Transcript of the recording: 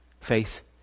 Faith